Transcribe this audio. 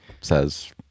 says